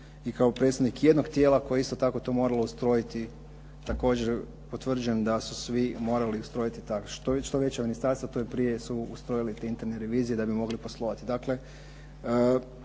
I kao predstavnik jednog tijela koje je isto tako to moralo ustrojiti također potvrđujem da su svi morali ustrojiti tako. Što je veće ministarstvo to prije su ustrojili te interne revizije da bi mogli poslovati.